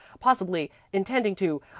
possibly intending to